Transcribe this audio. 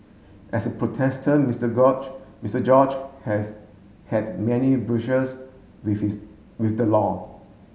as a protester Mister Mister George has had many with his with the law